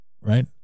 right